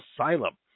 Asylum